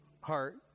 heart